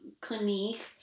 Clinique